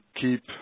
keep